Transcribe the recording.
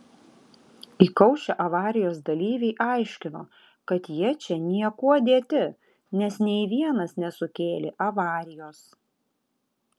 įkaušę avarijos dalyviai aiškino kad jie čia niekuo dėti nes nei vienas nesukėlė avarijos